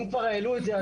אם כבר העלו את זה,